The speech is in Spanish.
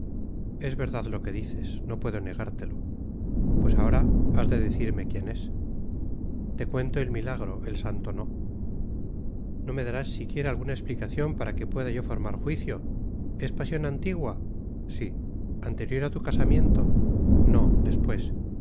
es verdad lo que dices no puedo negártelo pues ahora has de decirme quién es te cuento el milagro el santo no no me darás siquiera alguna explicación para que pueda yo formar juicio es pasión antigua sí anterior a tu casamiento no después